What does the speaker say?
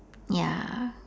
ya